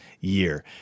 year